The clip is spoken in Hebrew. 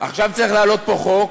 עכשיו צריך להעלות פה חוק